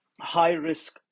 high-risk